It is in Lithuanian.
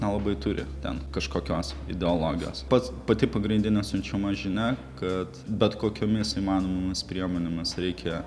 nelabai turi ten kažkokios ideologijos pats pati pagrindinė siunčiama žinia kad bet kokiomis įmanomomis priemonėmis reikia